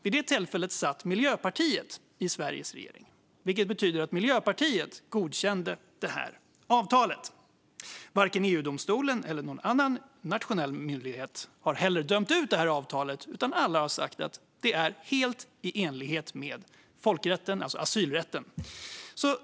Vid det tillfället satt Miljöpartiet i Sveriges regering, vilket betyder att Miljöpartiet godkände avtalet. Varken EU-domstolen eller någon nationell myndighet har heller dömt ut avtalet, utan alla har sagt att det är helt i enlighet med folkrätten, alltså asylrätten.